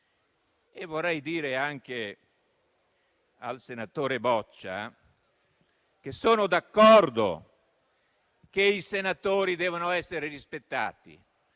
Vorrei dire anche al senatore Boccia che sono d'accordo che i senatori devono essere rispettati.